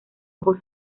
ojos